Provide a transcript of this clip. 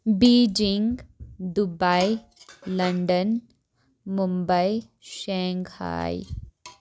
Beijing Dubai London Mumbai Shanghai